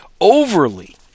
overly